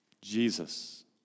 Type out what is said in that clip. Jesus